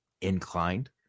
inclined